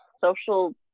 social